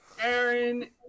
Aaron